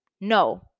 No